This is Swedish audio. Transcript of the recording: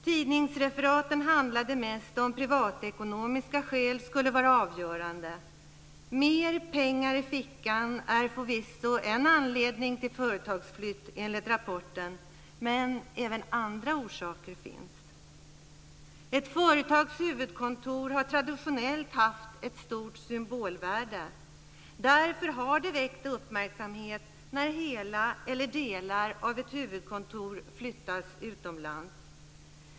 Tidningsreferaten handlade mest om att privatekonomiska skäl skulle vara avgörande. Mer pengar i fickan är förvisso enligt rapporten en anledning till företagsflykt, men även andra orsaker finns. Ett företags huvudkontor har traditionellt haft ett stort symbolvärde. Därför har det väckt uppmärksamhet när hela eller delar av huvudkontor flyttar utomlands.